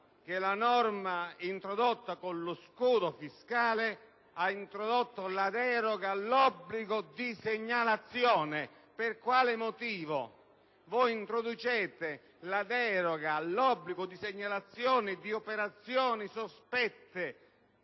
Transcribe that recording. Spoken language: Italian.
che la norma introdotta con lo scudo fiscale ha inserito la deroga all'obbligo di segnalazione. Per quale motivo introducete la deroga all'obbligo di segnalazione per operazioni sospette